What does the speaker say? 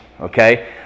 okay